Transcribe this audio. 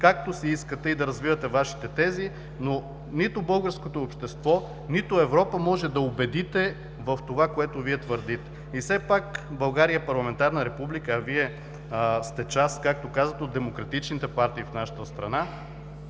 както си искате и да развивате Вашите тези, но нито българското общество, нито Европа може да убедите в това, което Вие твърдите. И все пак България е парламентарна република, а Вие сте част, както казвате, от демократичните партии в нашата страна.